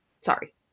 Sorry